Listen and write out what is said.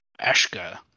Ashka